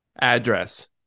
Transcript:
address